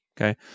okay